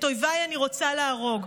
את אויביי אני רוצה להרוג,